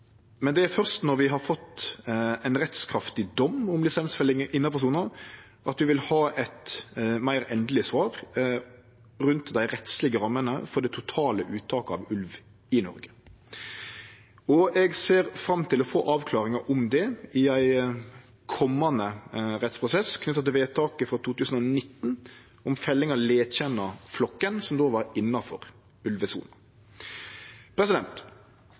Men det er først når vi har fått ein rettskraftig dom om lisensfelling innanfor sona, at vi vil ha eit meir endeleg svar rundt dei rettslege rammene for det totale uttaket av ulv i Noreg. Eg ser fram til å få avklaringar om det i ein komande rettsprosess knytt til vedtaket frå 2019 om felling av Letjenna-flokken, som då var innanfor